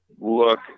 look